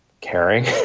caring